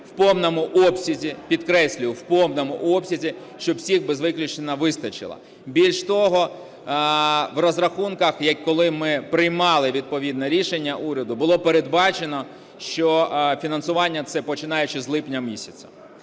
в повному обсязі, підкреслюю, в повному обсязі, щоб всім, без виключення, вистачило. Більше того, в розрахунках, коли ми приймали відповідне рішення уряду, було передбачено, що фінансування це, починаючи з липня місяця.